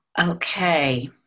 Okay